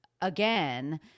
again